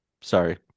sorry